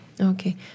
Okay